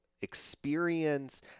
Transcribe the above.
experience